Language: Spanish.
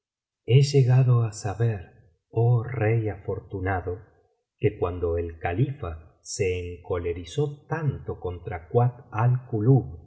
he llegado á saber oh rey afortunado que cuando el califa se encolerizó tanto contra kuat al kulub y la